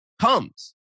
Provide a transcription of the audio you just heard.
comes